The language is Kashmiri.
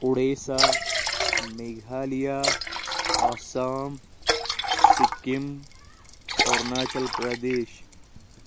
اُڈیٖسہ میگھالیہ آسام سِکِم اوٚروٗناچَل پرٛدیش